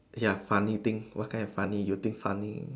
ya funny thing what kind of funny you think funny